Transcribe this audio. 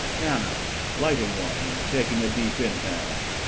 anna lighting one and taking a deep inhale.